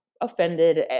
offended